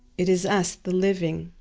it is us, the living,